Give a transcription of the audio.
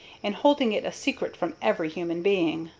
and holding it a secret from every human being.